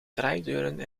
draaideuren